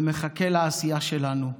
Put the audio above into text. ומחכה לעשייה שלנו.